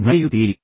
ನಡೆಯುತ್ತೀರಿ